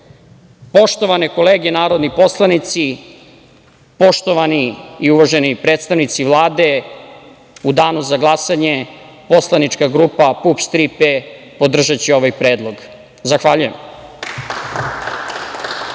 moglo. Poštovane kolege narodni poslanici, poštovani i uvaženi predstavnici Vlade, u danu za glasanje poslanička grupa PUPS – „Tri P“ podržaće ovaj predlog. Zahvaljujem.